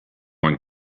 going